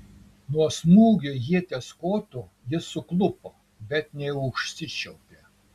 nuo smūgio ieties kotu jis suklupo bet neužsičiaupė